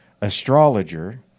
astrologer